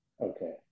okay